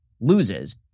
loses